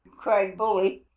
cried bully,